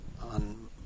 on